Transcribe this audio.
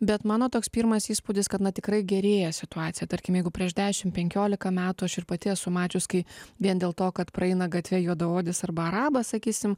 bet mano toks pirmas įspūdis kad na tikrai gerėja situacija tarkim jeigu prieš dešim penkiolika metų aš ir pati esu mačius kai vien dėl to kad praeina gatve juodaodis arba arabas sakysim